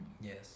Yes